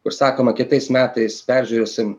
kur sakoma kitais metais peržiūrėsim